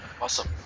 Awesome